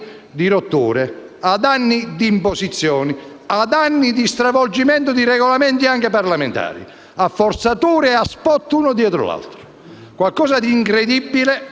di rotture, ad anni di imposizioni, ad anni di stravolgimento di regolamenti, anche parlamentari, a forzature e a *spot*, uno dietro l'altro. Qualcosa di incredibile,